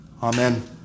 Amen